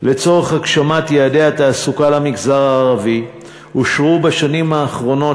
לצורך הגשמת יעדי התעסוקה למגזר הערבי אושרו בשנים האחרונות